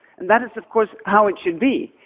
and that is of course how it should be.